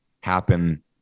happen